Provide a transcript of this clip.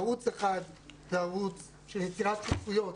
ערוץ אחד הוא יצירת שותפויות